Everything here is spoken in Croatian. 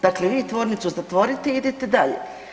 Dakle, vi tvornicu zatvorite i idete dalje.